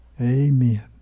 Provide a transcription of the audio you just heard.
Amen